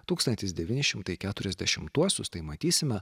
tūkstantis devyni šimtai keturiasdešimtuosius tai matysime